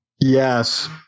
yes